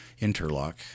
interlock